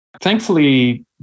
thankfully